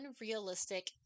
unrealistic